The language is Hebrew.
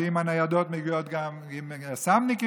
שעם הניידות מגיעים גם עם היס"מניקים,